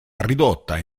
ridotta